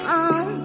on